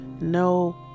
no